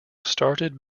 started